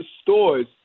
stores